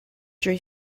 drwy